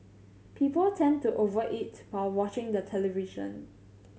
people tend to over eat while watching the television